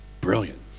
brilliant